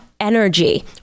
energy